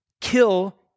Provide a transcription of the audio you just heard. kill